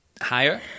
higher